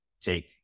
Take